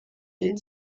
den